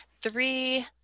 three